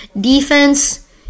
defense